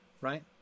right